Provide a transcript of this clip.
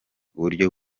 uburyo